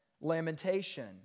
lamentation